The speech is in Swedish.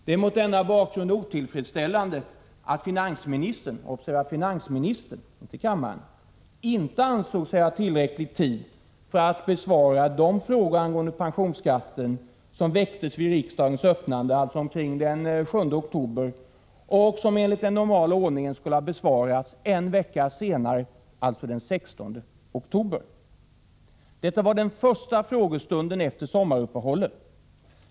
Det är mot den bakgrunden otillfredsställande att finansministern — observera att det gällde finansministern och inte kammaren — inte ansåg sig ha tillräcklig tid för besvarande av de frågor angående pensionsskatten som väcktes vid riksdagens öppnande, alltså den 7 oktober, och som enligt den Detta var den första frågestunden efter sommaruppehållet.